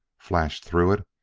flashed through it,